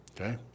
Okay